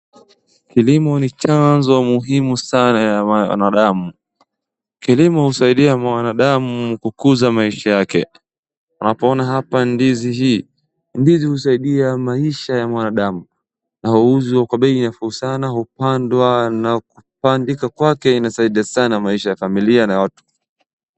Kilimo ni chanzo muhimu sana ya wanadamu, kilimo husaidia mwanadamu kukuza maisha yake. Unapoona hapa ndizi hii, ndizi husaidia maisha ya mwanadamu na huuzwa kwa bei nafuu sana, hupandwa na kupandika kwake husaidia maisha ya familia na watu.